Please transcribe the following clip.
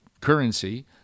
currency